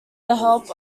help